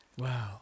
Wow